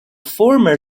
former